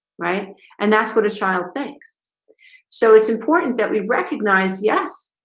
right and that's what a child. thanks so it's important that we recognize. yes,